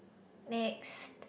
next